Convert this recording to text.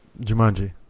Jumanji